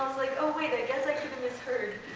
like, oh, wait, i guess i misheard.